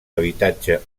habitatge